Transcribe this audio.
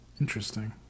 Interesting